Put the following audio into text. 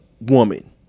woman